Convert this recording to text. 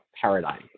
paradigm